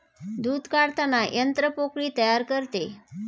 दूध काढताना यंत्र पोकळी तयार करते